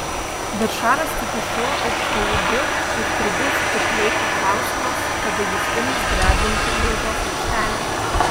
bet šaras tiki šiuo aukštaūgiu ir turbūt tik laiko klausimas kada jis ims drebinti baudos aikštelę